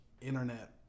internet